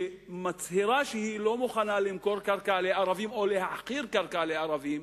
שמצהירה שהיא לא מוכנה למכור קרקע לערבים או להחכיר קרקע לערבים,